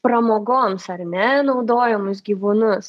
pramogoms ar ne naudojamus gyvūnus